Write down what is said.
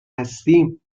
هستیم